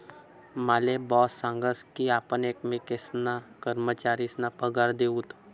माले बॉस सांगस की आपण एकमेकेसना कर्मचारीसना पगार दिऊत